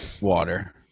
water